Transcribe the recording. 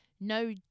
no